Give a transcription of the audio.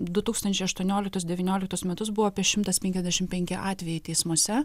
du tūkstančiai aštuonioliktus devynioliktus metus buvo apie šimtas penkiasdešim penki atvejai teismuose